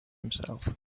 himself